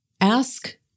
ask